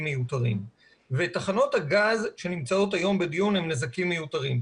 מיותרים ותחנות הגז שנמצאות היום בדיון הן נזקים מיותרים.